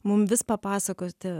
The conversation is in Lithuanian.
mum vis papasakoti